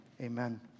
Amen